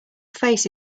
face